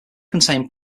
contained